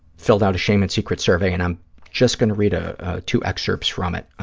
filled out a shame and secrets survey and i'm just going to read ah two excerpts from it.